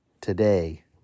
today